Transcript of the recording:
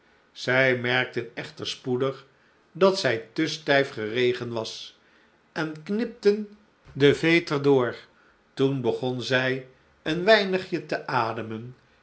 zij merkten echter spoedig dat zij te stijf geregen was en knipten den veter door toen begon zij een weinigje te ademen